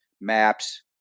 maps